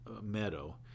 meadow